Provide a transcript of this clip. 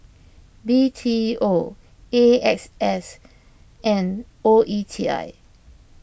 B T O A X S and O E T I